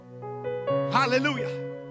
Hallelujah